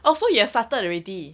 oh so you have started already